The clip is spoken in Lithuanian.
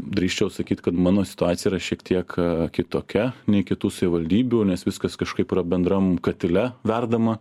drįsčiau sakyt kad mano situacija šiek tiek kitokia nei kitų savivaldybių nes viskas kažkaip yra bendram katile verdama